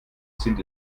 sind